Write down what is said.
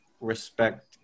respect